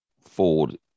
Ford